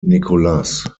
nicolas